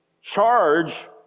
charge